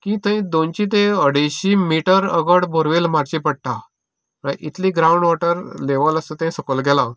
की थंय दोनशे ते अडेजशी मिटर बोरवेल मारची पडटा म्हळ्यार इतलें ग्रावंड वोटर लेवल आसता तें सकयल गेलां